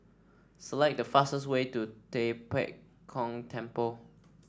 select the fastest way to Tua Pek Kong Temple